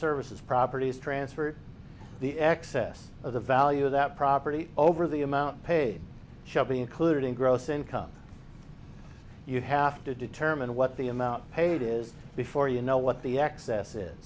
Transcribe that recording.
services property is transferred the excess of the value of that property over the amount paid shall be included in gross income you have to determine what the amount paid is before you know what the excess i